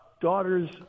daughters